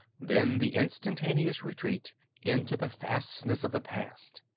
then the instantaneous retreat into the fastnesses of the past.